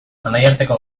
anaiarteko